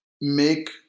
make –